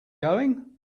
going